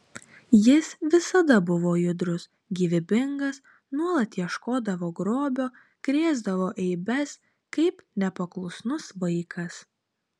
jis visada buvo judrus gyvybingas nuolat ieškodavo grobio krėsdavo eibes kaip nepaklusnus vaikas